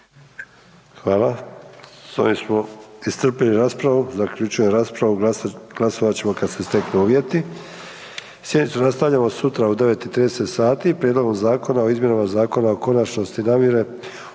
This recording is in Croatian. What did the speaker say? Hvala. S ovim smo iscrpili raspravu, zaključujem raspravu, glasovat ćemo kad se steknu uvjeti. Sjednicu nastavljamo sutra u 9 i 30 sati Prijedlogom zakona o izmjenama Zakona o konačnosti namire